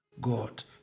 God